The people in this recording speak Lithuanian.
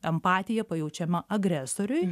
empatija pajaučiama agresoriui